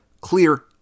clear